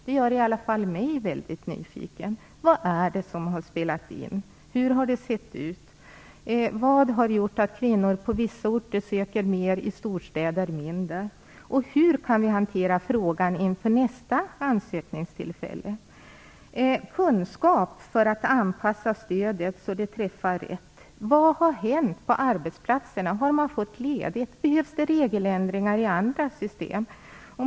Det gör i alla fall mig väldigt nyfiken. Vad är det som har spelat in? Hur har det sett ut? Vad har gjort att kvinnor på vissa orter söker mer och att kvinnor i storstäder söker mindre? Hur kan vi hantera frågan inför nästa ansökningstillfälle? Vi måste ha kunskap för att anpassa stödet så att det träffar rätt. Vad har hänt på arbetsplatserna? Har man fått ledigt? Behövs det regeländringar i andra system?